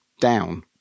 down